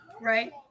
Right